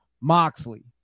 Moxley